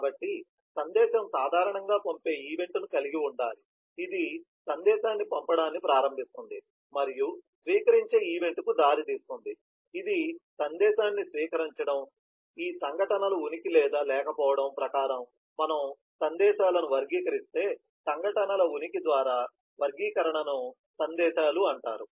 కాబట్టి సందేశం సాధారణంగా పంపే ఈవెంట్ను కలిగి ఉండాలి ఇది సందేశాన్ని పంపడాన్ని ప్రారంభిస్తుంది మరియు స్వీకరించే ఈవెంట్కు దారి తీస్తుంది ఇది సందేశాన్ని స్వీకరించడం కాబట్టి ఈ సంఘటనల ఉనికి లేదా లేకపోవడం ప్రకారం మనము సందేశాలను వర్గీకరిస్తే సంఘటనల ఉనికి ద్వారా వర్గీకరణను సందేశాలు అంటారు